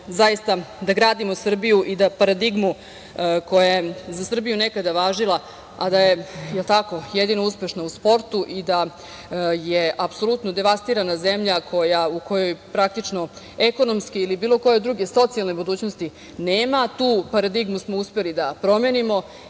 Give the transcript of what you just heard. da gradimo Srbiju i da paradigmu koja je za Srbiju nekada važila, a da je jedino uspešna u sportu i da je apsolutno devastirana zemlja, u kojoj praktično ekonomski ili bilo koje socijalne budućnosti nema, tu paradigmu smo uspeli da promenimo